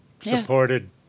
supported